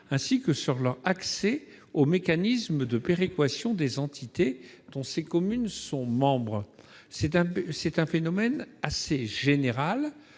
ainsi que sur leur éligibilité aux mécanismes de péréquation des entités dont ces communes sont membres. C'est un phénomène assez général